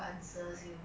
like do you believe